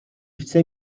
chce